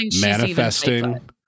manifesting